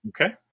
Okay